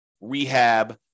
rehab